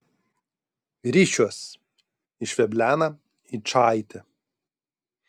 rišiuos išveblena yčaitė